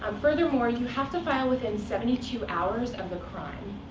um furthermore, you have to file within seventy two hours of the crime.